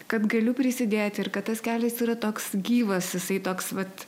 kad galiu prisidėti ir kad tas kelias yra toks gyvas jisai toks vat